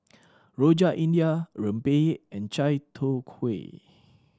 Rojak India rempeyek and chai tow kway